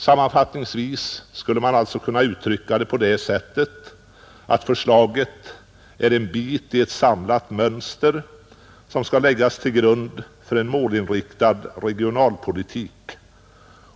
Sammanfattningsvis skulle man alltså kunna uttrycka det på det sättet att förslaget är en bit i ett samlat mönster som skall läggas till grund för en målinriktad regionalpolitik.